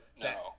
No